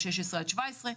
16 עד 17,